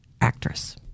actress